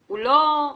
זה בדרך כלל אוכל,